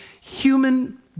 human